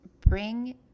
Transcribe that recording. bring